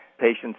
Patients